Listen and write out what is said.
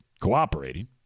cooperating